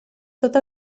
tot